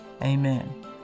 amen